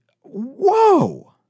whoa